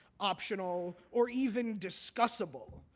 optional, or even discussable.